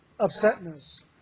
upsetness